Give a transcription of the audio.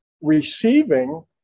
receiving